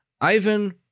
Ivan